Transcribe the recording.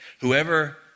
Whoever